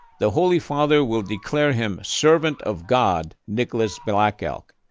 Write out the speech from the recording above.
the holy father will declare him servant of god nicholas black elk.